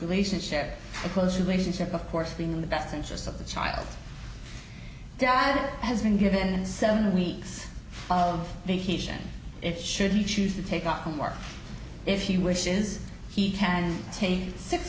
relationship a close relationship of course being in the best interests of the child dad has been given and seven weeks of vacation it shouldn't choose to take off from work if he wishes he can take six